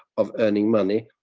of earning money.